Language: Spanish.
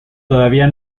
todavía